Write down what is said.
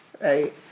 right